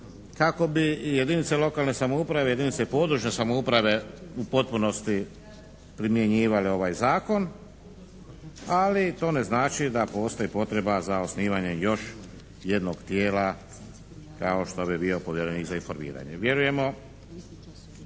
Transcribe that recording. kako bi jedinice lokalne samouprave i jedinice područne samouprave u potpunosti primjenjivale ovaj zakon ali to ne znači da postoji potreba za osnivanjem još jednog tijela kao što bi bio povjerenik za informiranje. Vjerujemo